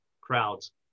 crowds